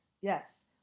yes